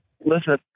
Listen